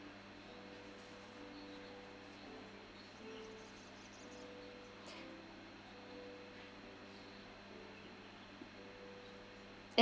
uh